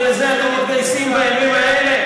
ולזה אתם מתגייסים בימים אלה?